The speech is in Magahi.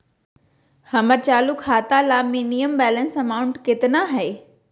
हमर चालू खाता ला मिनिमम बैलेंस अमाउंट केतना हइ?